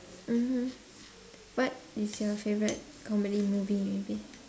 mmhmm what is your favorite comedy movie maybe